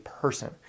person